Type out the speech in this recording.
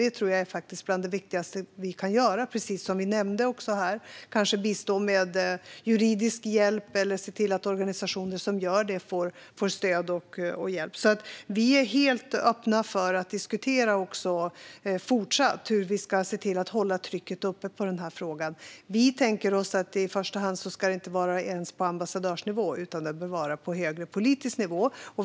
Det tror jag är bland det viktigaste vi kan göra, precis som nämndes här - kanske bistå med juridisk hjälp eller se till att organisationer som gör det får stöd och hjälp. Vi är helt öppna för att diskutera hur vi även fortsättningsvis kan se till att hålla trycket uppe i den här frågan. Vi tänker oss att det i första hand inte ens ska vara på ambassadörsnivå utan på högre politisk nivå.